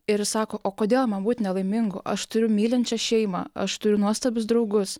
ir jis sako o kodėl man būt nelaimingu aš turiu mylinčią šeimą aš turiu nuostabius draugus